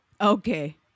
Okay